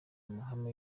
amahame